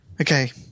Okay